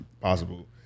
possible